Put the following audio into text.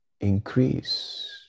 increase